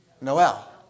Noel